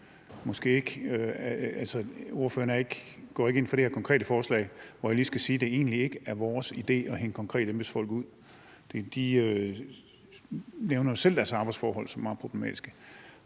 Ordføreren går ikke ind for det her konkrete forslag – her skal jeg lige sige, at det egentlig ikke er vores idé at hænge konkrete embedsfolk ud. De nævner selv deres arbejdsforhold som meget problematiske.